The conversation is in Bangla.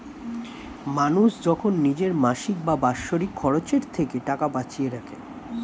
মানুষ যখন নিজের মাসিক বা বাৎসরিক খরচের থেকে টাকা বাঁচিয়ে রাখে